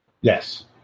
Yes